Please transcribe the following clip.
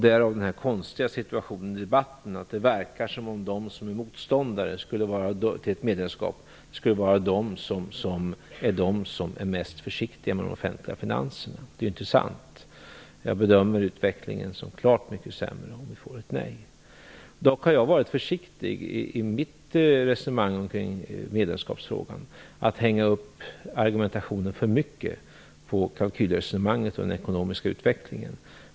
Därav den konstiga situationen i debatten att det verkar som om de som är motståndare till ett medlemskap är mest försiktiga med de offentliga finanserna. Det är inte sant. Jag bedömer utvecklingen som klart mycket sämre om det blir ett nej. Jag har dock varit försiktig i mitt resonemang kring medlemskapsfrågan när det gäller att hänga upp argumentationen för mycket på kalkylresonemang och den ekonomiska utvecklingen.